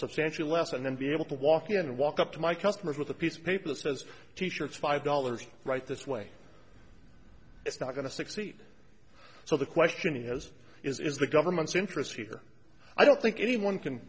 substantially less and then be able to walk in and walk up to my customers with a piece of paper that says teacher it's five dollars right this way it's not going to succeed so the question he has is is the government's interest here i don't think anyone can